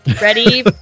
ready